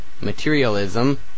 materialism